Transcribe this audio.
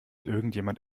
irgendjemand